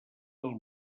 del